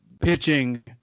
pitching